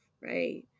right